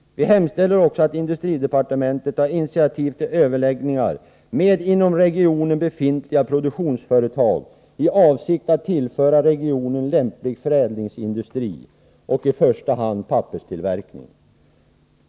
Vi hemställer också att industridepartementet tar initiativ till överläggningar med inom regionen befintliga produktionsföretag i avsikt att tillföra regionen lämplig förädlingsindustri, i första hand papperstillverkning.